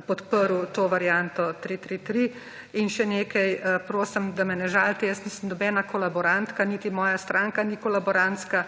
podprl to varianto 333. In še nekaj, prosim, da me ne žalite. Jaz nisem nobena kolaborantka niti moja stranka ni kolaborantska